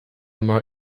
more